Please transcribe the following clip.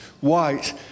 white